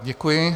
Děkuji.